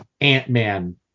Ant-Man